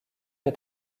est